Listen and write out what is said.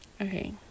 Okay